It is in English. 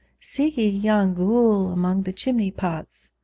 see ye yon ghoul among the chimney-pots,